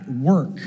work